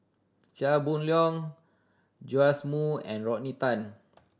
Chia Boon Leong Joash Moo and Rodney Tan